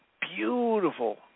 beautiful